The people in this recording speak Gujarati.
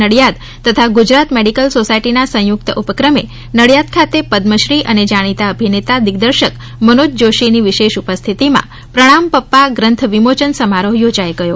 નડિયાદ તથા ગુજરાત મેડિકલ સોસાયટીના સંયુક્ત ઉપક્રમે નડિયાદ ખાતે પદ્મશ્રી અને જાણીતા અભિનેતા દિગ્દર્શક મનોજ જોશીની વિશેષ ઉપસ્થિતિમાં પ્રણામ પપ્પા ગ્રંથ વિમોચન સમારોહ યોજાઈ ગયો